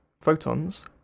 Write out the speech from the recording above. Photons